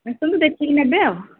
ଆସନ୍ତୁ ଦେଖିକି ନେବେ ଆଉ